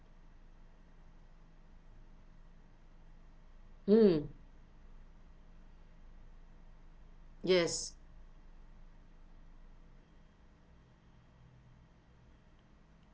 mm yes